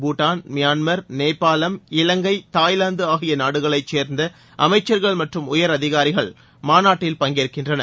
Bhutan Myanmar நேபாளம இலங்கை Thailand ஆகிய நாடுகளைச் சேர்ந்த அமைச்சர்கள் மற்றும் உயர் அதிகாரிகள் மாநாட்டில் பங்கேற்கின்றனர்